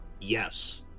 Yes